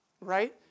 right